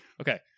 Okay